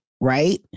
right